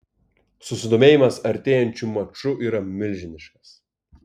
susidomėjimas artėjančiu maču yra milžiniškas